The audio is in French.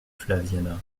flaviana